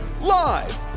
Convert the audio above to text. Live